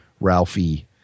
Ralphie